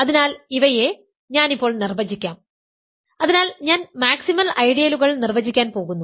അതിനാൽ ഇവയെ ഞാൻ ഇപ്പോൾ നിർവചിക്കാം അതിനാൽ ഞാൻ മാക്സിമൽ ഐഡിയലുകൾ നിർവചിക്കാൻ പോകുന്നു